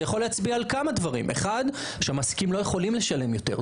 זה יוכל להצביע על כמה דברים: 1.שהמעסיקים לא יכולים לשלם יותר,